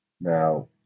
Now